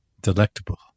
delectable